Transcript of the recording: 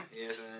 Yes